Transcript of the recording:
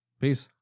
Peace